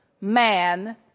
man